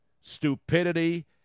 stupidity